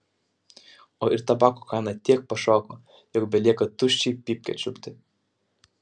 o ir tabako kaina tiek pašoko jog belieka tuščią pypkę čiulpti